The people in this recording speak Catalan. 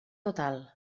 total